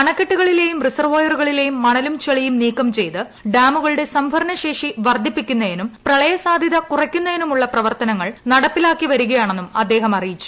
അണക്കെട്ടുകളിലെയും റിസർവോയറുകളിലെയും മണലും ചെളിയും നീക്കം ചെയ്ത് ഡാമുകളുടെ സംഭരണശേഷി വർദ്ധിപ്പിക്കുന്നതിനും പ്രളയ സാധ്യത കുറയ്ക്കുന്നതിനുമുള്ള പ്രവർത്തനങ്ങൾ നടപ്പിലാക്കിവരുകയാണെന്നും അദ്ദേഹം അറിയിച്ചു